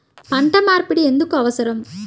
పంట మార్పిడి ఎందుకు అవసరం?